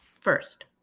first